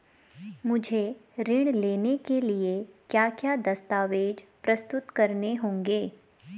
मुझे ऋण लेने के लिए क्या क्या दस्तावेज़ प्रस्तुत करने होंगे?